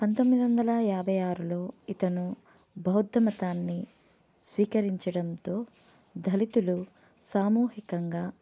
పంతొమ్మిది వందల యాభై ఆరులో ఇతను బౌద్ధమతాన్ని స్వీకరించడంతో దళితులు సామూహికంగా